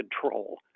control